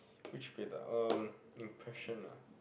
which place ah um impression ah